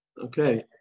Okay